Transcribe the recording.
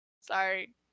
sorry